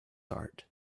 heart